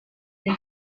den